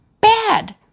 bad